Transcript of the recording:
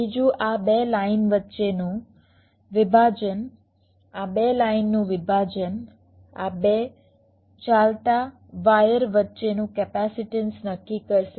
બીજું આ 2 લાઇન વચ્ચેનું વિભાજન આ 2 લાઇનનું વિભાજન આ 2 ચાલતા વાયર વચ્ચેનું કેપેસિટન્સ નક્કી કરશે